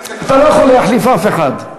אני החלפתי את חבר הכנסת טרכטנברג.